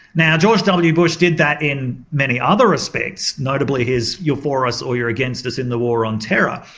now george w bush did that in many other respects notably his, you're for us or you're against us in the war on terror.